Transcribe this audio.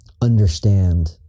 understand